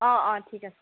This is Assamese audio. অ অ ঠিক আছে